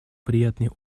приятный